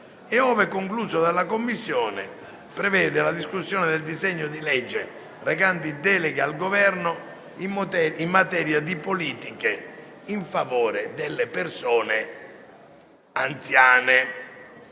e, ove concluso dalla Commissione, del disegno di legge recante deleghe al Governo in materia di politiche in favore delle persone anziane.